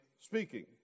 speaking